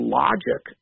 logic